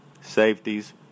Safeties